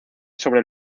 sobre